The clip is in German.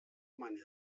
meine